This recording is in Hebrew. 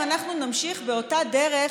אם אנחנו נמשיך באותה דרך,